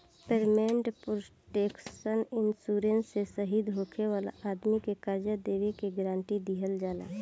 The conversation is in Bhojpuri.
पेमेंट प्रोटेक्शन इंश्योरेंस से शहीद होखे वाला आदमी के कर्जा देबे के गारंटी दीहल जाला